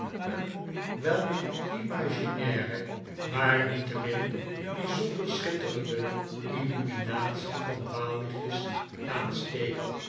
een wel imaginaire maar niettemin bijzonder schitterende illuminatie van dwaallichtjes aansteekt